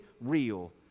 real